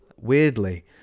Weirdly